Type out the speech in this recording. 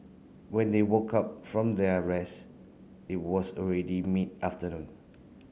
when they woke up from their rest it was already mid afternoon